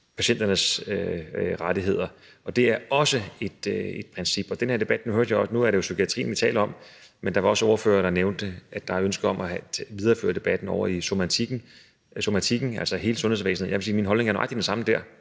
patienternes rettigheder, og det er også et princip. Nu er det jo psykiatrien, vi taler om, men der var også ordførere, der nævnte, at der er ønske om at videreføre debatten inden for somatikken, altså i hele sundhedsvæsenet. Jeg vil sige, at min holdning er nøjagtig den samme der.